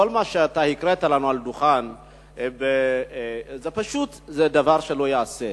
שכל מה שהקראת לנו מעל הדוכן הוא דבר שלא ייעשה.